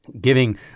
Giving